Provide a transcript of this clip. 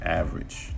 average